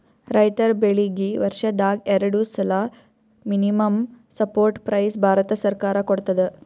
ರೈತರ್ ಬೆಳೀಗಿ ವರ್ಷದಾಗ್ ಎರಡು ಸಲಾ ಮಿನಿಮಂ ಸಪೋರ್ಟ್ ಪ್ರೈಸ್ ಭಾರತ ಸರ್ಕಾರ ಕೊಡ್ತದ